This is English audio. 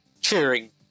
cheering